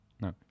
No